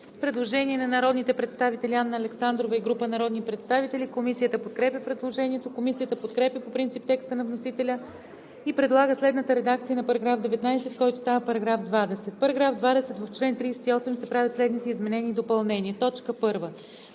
Предложение на народните представители Анна Александрова и група народни представители. Комисията подкрепя предложението. Комисията подкрепя по принцип текста на вносителя и предлага следната редакция на § 19, който става § 20: „§ 20. В чл. 38 се правят следните изменения и допълнения: 1.